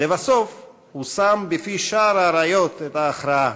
לבסוף הוא שם בפי שער האריות את ההכרעה: